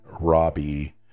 Robbie